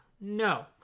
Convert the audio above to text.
no